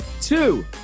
two